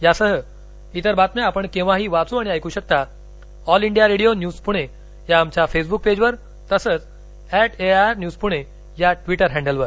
यासह इतर बातम्या आपण केव्हाही वाचू ऐकू शकता all India radio news Pune या आमच्या फेसबुक पेजवर तसंच at A I R news Pune या ट्विटर हॅंडलवर